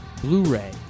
Blu-ray